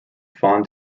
fawn